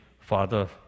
Father